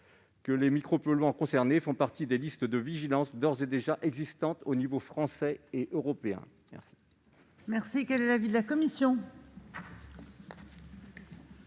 que les micropolluants concernés figurent dans les listes de vigilance d'ores et déjà existantes aux niveaux français et européen.